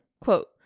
quote